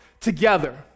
together